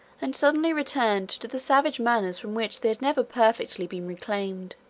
and suddenly returned to the savage manners from which they had never perfectly been reclaimed.